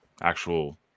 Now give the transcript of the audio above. actual